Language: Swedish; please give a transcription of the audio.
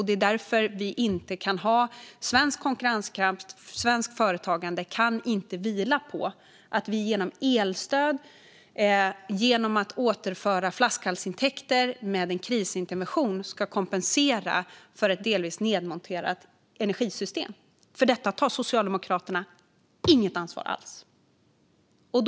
Det är därför svensk konkurrenskraft och svenskt företagande inte kan vila på att vi genom elstöd och genom att återföra flaskhalsintäkter vid en krisintervention ska kompensera för ett delvis nedmonterat energisystem - som Socialdemokraterna inte tar något ansvar alls för.